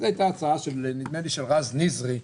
זו הייתה הצעה של רז ניזרי,